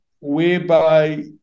whereby